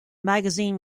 magazine